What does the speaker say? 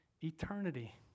eternity